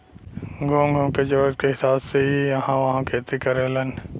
घूम घूम के जरूरत के हिसाब से इ इहां उहाँ खेती करेलन